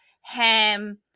ham